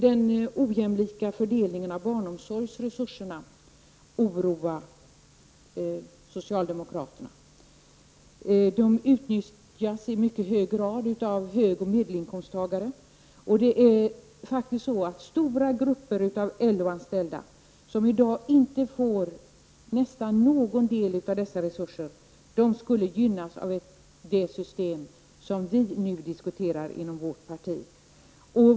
Den omjämlika fördelningen av barnomsorgsresurserna borde oroa socialdemokraterna. Barnomsorgen utnyttjas i mycket hög grad av hög och medelinkomsttagare. Det finns stora grupper bland de LO-anslutna som nästan inte får någon del av dessa resurser i dag. De skulle gynnas av det system som vi nu diskuterar inom vårt parti.